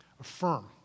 Affirm